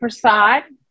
Prasad